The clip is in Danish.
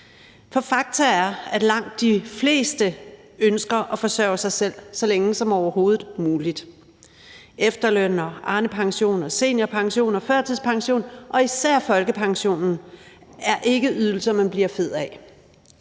For faktum er, at langt de fleste ønsker at forsørge sig selv så længe som overhovedet muligt. Efterløn og Arnepension og seniorpension og førtidspension og især folkepension er ikke ydelser, man bliver fed af.